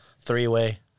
three-way